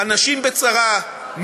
אנשים בצרה,